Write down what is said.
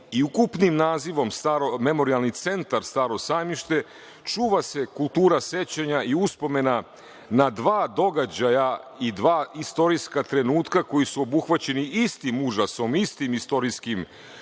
ishode. Ukupnim nazivom Memorijalni centar „Staro sajmište“ čuva se kultura sećanja i uspomena na dva događaja i dva istorijska trenutka koji su obuhvaćeni istim užasom, istim istorijskim